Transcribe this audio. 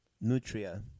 Nutria